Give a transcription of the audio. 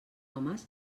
homes